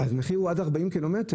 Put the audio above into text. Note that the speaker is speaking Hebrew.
המחיר הוא עד 40 ק"מ